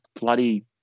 bloody